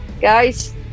guys